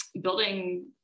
building